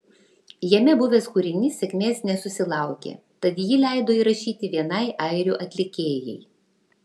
jame buvęs kūrinys sėkmės nesusilaukė tad jį leido įrašyti vienai airių atlikėjai